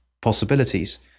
possibilities